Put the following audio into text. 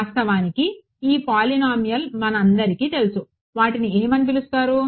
వాస్తవానికి ఈ పొలినోమీయల్లు మనందరికీ తెలుసు వాటిని ఏమని పిలుస్తారు